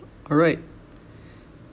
alright